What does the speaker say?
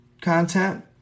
content